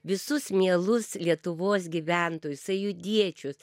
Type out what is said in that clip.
visus mielus lietuvos gyventojus sąjūdiečius